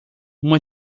uma